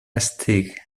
stick